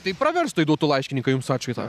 tai praverstų jei duotų laiškininkai jums atšvaitą